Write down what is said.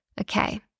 Okay